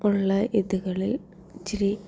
ഉള്ള ഇതുകളിൽ ഇച്ചിരി